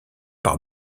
par